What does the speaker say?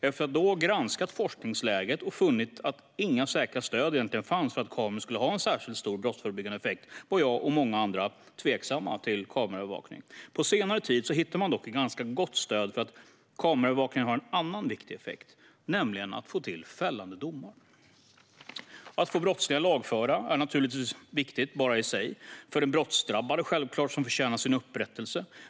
Efter att ha granskat forskningsläget då och funnit att inget säkert stöd egentligen fanns för att kameror skulle ha någon särskilt stor brottsförebyggande effekt var jag och många andra tveksamma till kameraövervakning. På senare tid hittar man dock ganska gott stöd för att kameraövervakning har en annan viktig effekt, nämligen att få till fällande domar. Att få brottslingar lagförda är naturligtvis viktigt i sig och för den brottsdrabbade, som förtjänar att få upprättelse.